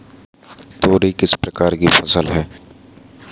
तोरई किस प्रकार की फसल है?